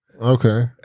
Okay